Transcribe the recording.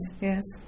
yes